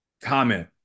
comment